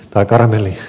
tai karamelli